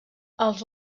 els